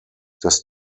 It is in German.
das